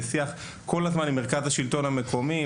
שנמצאים בשיח שוטף עם מרכז השלטון המקומי,